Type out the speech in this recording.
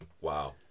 Wow